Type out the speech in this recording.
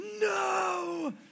no